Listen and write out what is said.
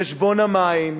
חשבון המים,